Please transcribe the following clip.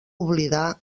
oblidar